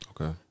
Okay